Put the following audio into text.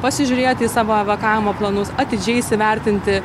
pasižiūrėt į savo evakavimo planus atidžiai įsivertinti